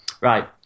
right